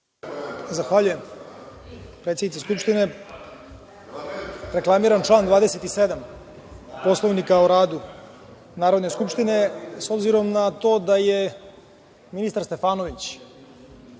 Zahvaljujem. Predsednice Skupštine, reklamiram član 27. Poslovnika o radu Narodne skupštine, s obzirom na to da je ministar Stefanović,